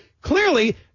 clearly